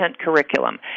curriculum